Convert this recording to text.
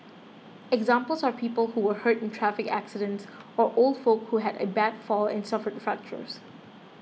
examples are people who were hurt in traffic accidents or old folk who had a bad fall and suffered fractures